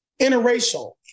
interracial